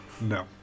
No